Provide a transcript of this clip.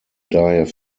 daher